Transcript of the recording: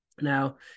Now